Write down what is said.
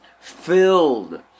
filled